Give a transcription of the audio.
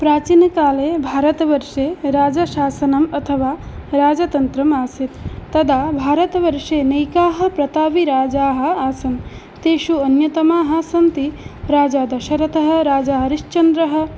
प्राचीनकाले भारतवर्षे राजशासनम् अथवा राजतन्त्रम् आसीत् तदा भारतवर्षे नैके प्रतापिराजानः आसन् तेषु अन्यतमाः सन्ति राजा दशरथः राजा हरिश्चन्द्रः